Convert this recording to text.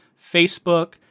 facebook